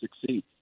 succeed